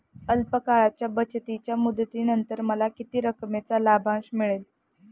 अल्प काळाच्या बचतीच्या मुदतीनंतर मला किती रकमेचा लाभांश मिळेल?